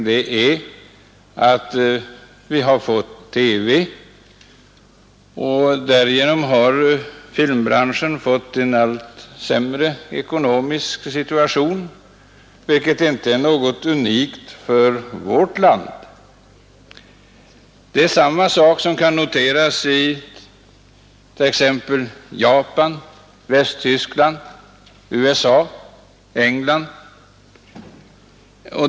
Filmbranschens ekonomiska situation har blivit allt sämre, vilket inte är något unikt för vårt land. Samma sak kan noteras i t.ex. Japan, Västtyskland, USA och England.